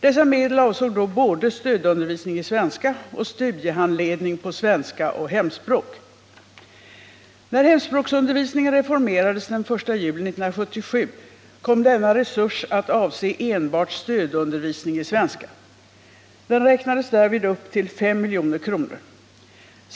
Dessa medel avsåg då både stödundervisning i När hemspråksundervisningen reformerades den 1 juli 1977 kom denna resurs att avse enbart stödundervisning i svenska. Den räknades därvid upp till 5 milj.kr.